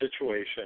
situation